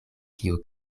kio